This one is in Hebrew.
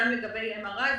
גם לגבי MRI,